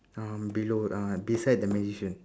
uh below uh beside the magician